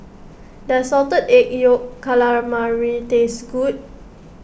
does Salted Egg Yolk Calamari taste good